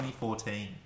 2014